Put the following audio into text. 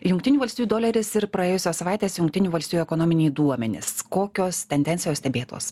jungtinių valstijų doleris ir praėjusios savaitės jungtinių valstijų ekonominiai duomenys kokios tendencijos stebėtos